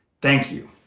thank you.